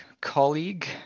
colleague